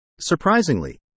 Surprisingly